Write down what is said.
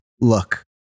Look